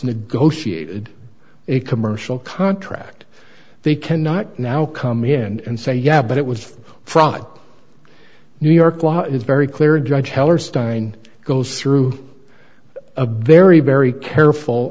negotiated a commercial contract they cannot now come in and say yeah but it was from new york law is very clear judge heller stein goes through a very very careful